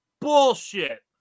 bullshit